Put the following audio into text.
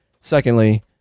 secondly